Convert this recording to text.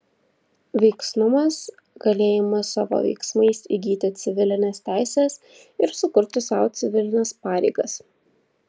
veiksnumas galėjimas savo veiksmais įgyti civilines teises ir sukurti sau civilines pareigas